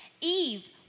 Eve